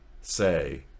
say